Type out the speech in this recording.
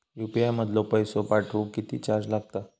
UPI मधलो पैसो पाठवुक किती चार्ज लागात?